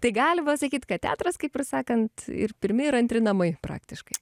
tai galima sakyt kad teatras kaip ir sakant ir pirmi ir antri namai praktiškai